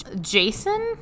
Jason